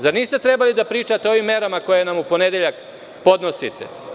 Zar niste trebali da pričate o ovim merama koje nam u ponedeljak podnosite?